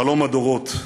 חלום הדורות.